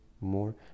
more